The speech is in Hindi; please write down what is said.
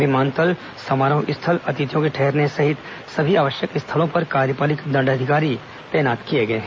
विमानतल समारोह स्थल अतिथियों के ठहरने सहित सभी आवश्यक स्थलों पर कार्यपालिक दण्डाधिकारी तैनात किए गए हैं